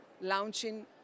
launching